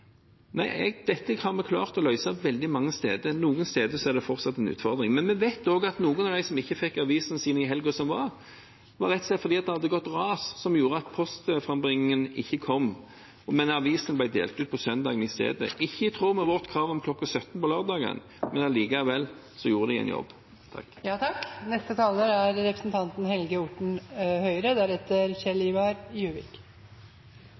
Dette har vi klart å løse veldig mange steder. Noen steder er det fortsatt en utfordring. Vi vet også at noen av dem som ikke fikk avisene sine i helgen som var, rett og slett ikke fikk dem fordi det hadde gått ras, som gjorde at postframbringingen ikke skjedde. Avisene ble delt ut søndag i stedet – ikke i tråd med vårt krav om kl. 17 lørdag, men allikevel gjorde de en jobb.